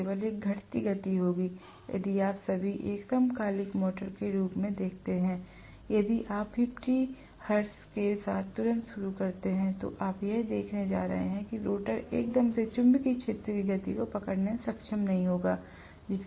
तो केवल एक घटती गति होगी यदि आप सभी एक समकालिक मोटर के रोटर को देखते हैं यदि आप 50 हर्ट्ज के साथ तुरंत शुरू करते हैं तो आप यह देखने जा रहे हैं कि रोटर एकदम से चुंबकीय क्षेत्र की गति को पकड़ने में सक्षम नहीं होगा